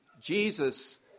Jesus